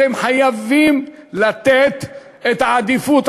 אתם חייבים לתת את העדיפות.